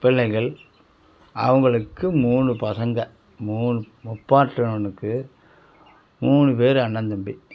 பிள்ளைகள் அவங்களுக்கு மூணு பசங்கள் மூணு முப்பாட்டனவனுக்கு மூணு பேர் அண்ணன் தம்பி